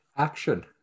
Action